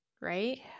right